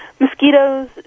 Mosquitoes